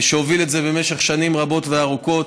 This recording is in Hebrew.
שהוביל את זה במשך שנים רבות וארוכות,